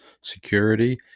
security